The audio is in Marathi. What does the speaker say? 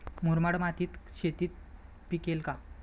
मुरमाड मातीत शेती पिकेल का?